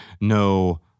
no